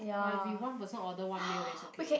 but if we one person order one meal then is okay